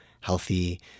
healthy